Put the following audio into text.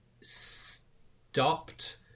stopped